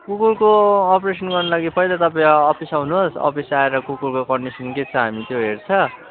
कुकुरको अपरेसनको गर्न लागि पहिला त अफिस आउनुहोस् अफिस आएर कुकुरको कन्डिसन के छ हामी त्यो हेर्छ अन्त